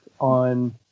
on